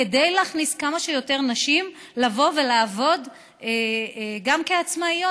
כדי להכניס כמה שיותר נשים לבוא ולעבוד גם כעצמאיות,